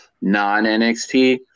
Non-NXT